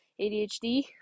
ADHD